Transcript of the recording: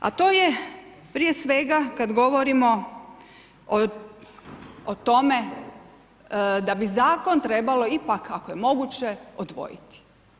A to je prije svega kad govorimo o tome da bi zakon trebalo ipak ako je moguće odvojiti.